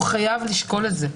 הוא חייב לשקול את זה.